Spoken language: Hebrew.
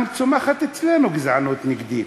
גם צומחת אצלנו גזענות נגדית,